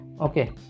okay